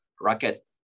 rocket